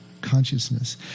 consciousness